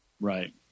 right